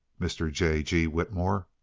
mr. j. g. whitmore.